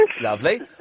Lovely